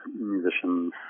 musicians